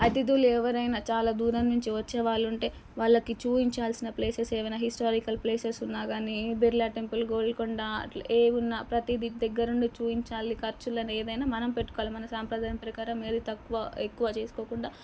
అతిథులు ఎవరైనా చాలా దూరం నుంచి వచ్చేవాళ్ళు ఉంటే వాళ్ళకి చూపించాల్సిన ప్లేసెస్ ఏమైనా హిస్టారికల్ ప్లేసెస్ ఉన్నా గానీ బిర్లా టెంపుల్ గోల్కొండ ఇట్లా ఏదున్నా ప్రతిదీ దగ్గరుండి చూపించాలి ఖర్చులది ఏదైనా మనం పెట్టుకోవాలి మన సంప్రదాయం ప్రకారం ఏదీ తక్కువ ఎక్కువ చేసుకోకుండా